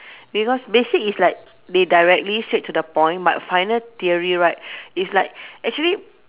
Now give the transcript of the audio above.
because basic is like they directly straight to the point but final theory right is like actually